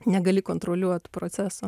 negali kontroliuot proceso